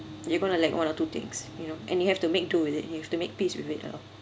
you going to lack one or two things you know and you have to make do with it you have to make peace with it ah